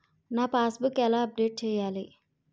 నా passbook ఎలా update చేయాలి?